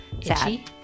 Itchy